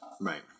Right